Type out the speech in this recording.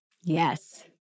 Yes